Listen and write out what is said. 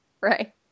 Right